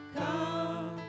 come